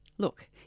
Look